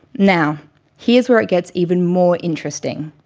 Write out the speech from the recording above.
now here's where it gets even more interesting.